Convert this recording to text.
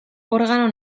organo